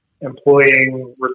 employing